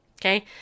Okay